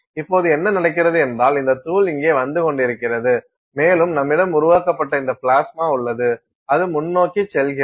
இப்போது என்ன நடக்கிறது என்றால் இந்த தூள் இங்கே வந்து கொண்டிருக்கிறது மேலும் நம்மிடம் உருவாக்கப்பட்ட இந்த பிளாஸ்மா உள்ளது அது முன்னோக்கி செல்கிறது